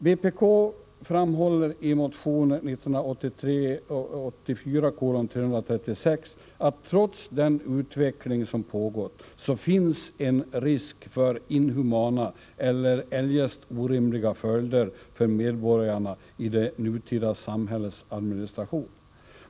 Vpk framhåller i motion 1983/84:336 att trots den utveckling som pågått, så finns en risk för inhumana eller eljest orimliga följder för medborgarna i det nutida samhällets administration.